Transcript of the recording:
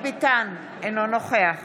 אינו נוכח